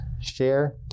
share